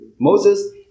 Moses